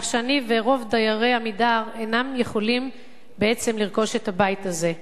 כך שאני ורוב דיירי "עמידר" אינם יכולים בעצם לרכוש את הבית הזה.